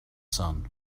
sun